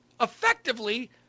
effectively